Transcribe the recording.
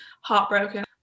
heartbroken